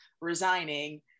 resigning